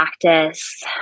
practice